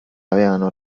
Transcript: avevano